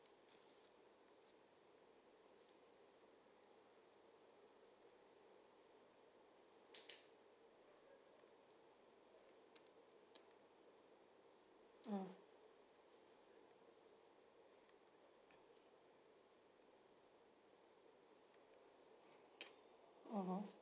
mm mmhmm